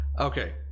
okay